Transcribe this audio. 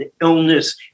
illness